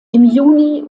juni